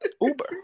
Uber